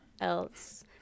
else